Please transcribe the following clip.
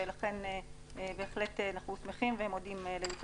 ולכן בהחלט אנחנו שמחים עליהן.